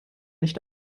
nicht